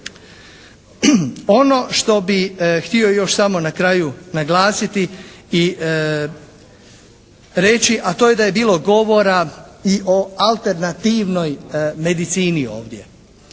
Ono što bih htio još samo na kraju naglasiti i reći, a to je da je bilo govora i o alternativnoj medicini ovdje.